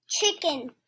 Chicken